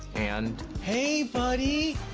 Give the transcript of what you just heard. and. hey, buddy.